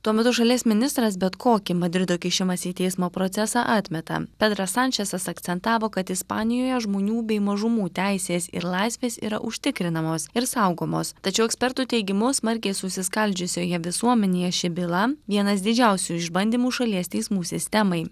tuo metu šalies ministras bet kokį madrido kišimąsi į teismo procesą atmeta pedras sančesas akcentavo kad ispanijoje žmonių bei mažumų teisės ir laisvės yra užtikrinamos ir saugomos tačiau ekspertų teigimu smarkiai susiskaldžiusioje visuomenėje ši byla vienas didžiausių išbandymų šalies teismų sistemai